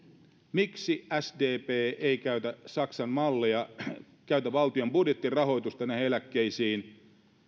miksi sdp ei käytä saksan mallia käytä valtion budjettirahoitusta näihin eläkkeisiin